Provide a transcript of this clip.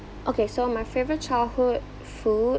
okay so my favourite childhood food